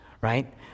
right